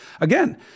Again